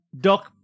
Doc